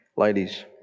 Ladies